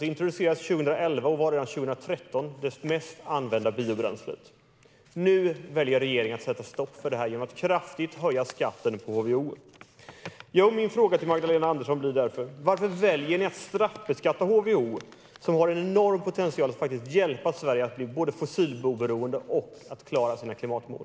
Det introducerades 2011 och var redan 2013 det mest använda biobränslet. Nu väljer regeringen att sätta stopp för det här genom att kraftigt höja skatten på HVO. Min fråga till Magdalena Andersson blir därför: Varför väljer ni att straffbeskatta HVO som har en enorm potential att faktiskt hjälpa Sverige att bli fossiloberoende och klara sina klimatmål?